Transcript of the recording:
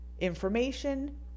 information